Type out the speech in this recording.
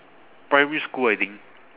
primary school I think